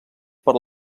per